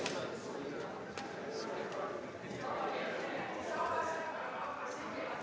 Tak